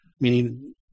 Meaning